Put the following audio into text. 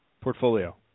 portfolio